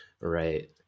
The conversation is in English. Right